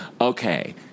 Okay